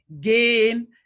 gain